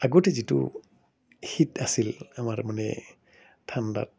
আগতে যিটো শীত আছিল আমাৰ মানে ঠাণ্ডাত